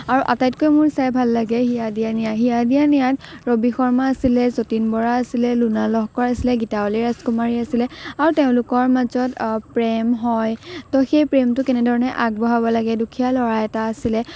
আৰু আটাইতকৈ মোৰ চাই ভাল লাগে হিয়া দিয়া নিয়া হিয়া দিয়া নিয়াত ৰবি শৰ্মা আছিলে যতীন বৰা আছিলে লোনা লহকৰ আছিলে গীতাৱলী ৰাজকুমাৰী আছিলে আৰু তেওঁলোকৰ মাজত প্ৰেম হয় তো সেই প্ৰেমটো কেনেধৰণে আগবঢ়াব লাগে দুখীয়া ল'ৰা এটা আছিলে